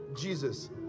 Jesus